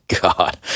God